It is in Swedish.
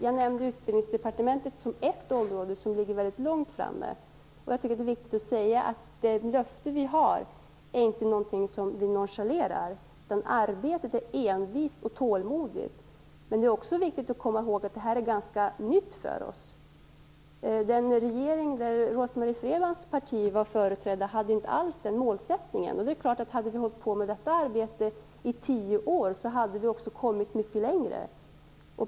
Jag nämnde Utbildningsdepartementet som ett område som ligger mycket långt framme. Jag tycker att det är viktigt att säga att det löfte vi har gett inte är något som vi nonchalerar, utan arbetet är envist och tålmodigt. Men det är också viktigt att komma ihåg att det här är ganska nytt för oss. Den regering där Rose Marie Frebrans parti var företrätt hade inte alls den målsättningen. Hade vi hållit på med detta arbete i tio år, hade vi kommit mycket längre.